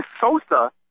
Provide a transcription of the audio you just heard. Sosa